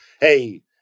Hey